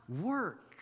work